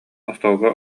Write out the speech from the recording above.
остуолга